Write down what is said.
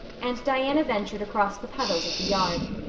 and diana ventured across the puddles of the yard.